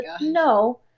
No